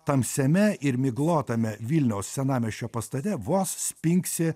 tamsiame ir miglotame vilniaus senamiesčio pastate vos spingsi